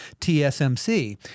TSMC